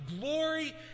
glory